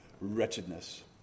wretchedness